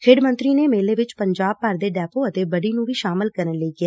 ਖੇਡ ਮੰਤਰੀ ਨੇ ਮੇਲੇ ਵਿੱਚ ਪੰਜਾਬ ਭਰ ਦੇ ਡੈਪੋ ਤੇ ਬੱਡੀ ਨੂੰ ਵੀ ਸ਼ਾਮਲ ਕਰਨ ਲਈ ਕਿਹਾ